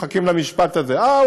מחכים למשפט הזה: אה,